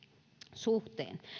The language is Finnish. suhteen